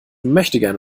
möchtegern